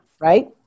Right